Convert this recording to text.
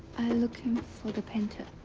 looking for the painter.